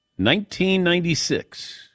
1996